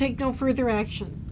take no further action